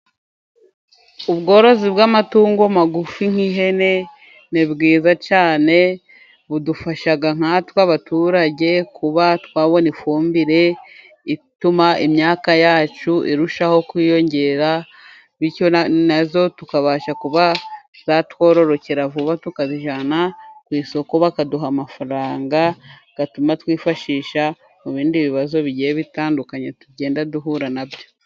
Ubworozi bw'amatungo magufi nk'ihene ni bwiza cyane, budufasha nkatwe abaturage kuba twabona ifumbire ituma imyaka yacu irushaho kwiyongera, bityo nazo tukabasha kuba zatwororokera vuba, tukazijyana ku isoko bakaduha amafaranga, atuma twifashisha mu bindi bibazo bigiye bitandukanye tugenda duhura nabyo.